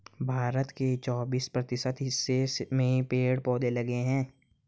भारत के चौबिस प्रतिशत हिस्से में पेड़ पौधे लगे हैं